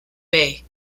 bay